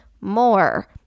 more